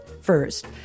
first